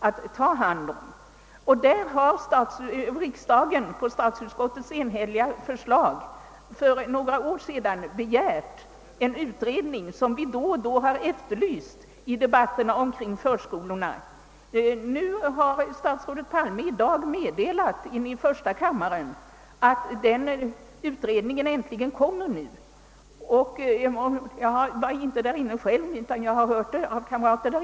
Riksdagen har också på statsutskottets enhälliga förslag för några år sedan begärt en utredning på området, som då och då efterlysts i debatterna om förskolorna. Statsrådet Palme har i dag i första kammaren meddelat att denna utredning äntligen kommer till stånd — jag var inte själv inne i första kammaren utan jag har hört det berättas av kamrater där.